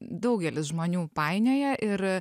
daugelis žmonių painioja ir